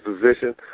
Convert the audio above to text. position